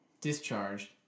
discharged